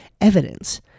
evidence